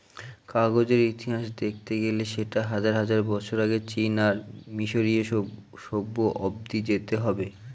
কাগজের ইতিহাস দেখতে গেলে সেটা হাজার হাজার বছর আগে চীন আর মিসরীয় সভ্য অব্দি যেতে হবে